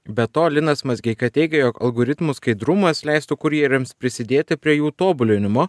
be to linas mazgeika teigia jog algoritmų skaidrumas leistų kurjeriams prisidėti prie jų tobulinimo